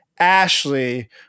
Ashley